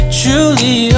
truly